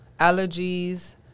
allergies